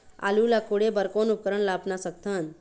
आलू ला कोड़े बर कोन उपकरण ला अपना सकथन?